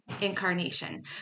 incarnation